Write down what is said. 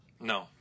No